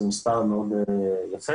זה מספר מאוד יפה.